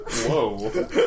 Whoa